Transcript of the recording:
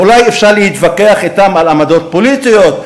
ואולי אפשר להתווכח אתם על עמדות פוליטיות,